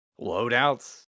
Loadouts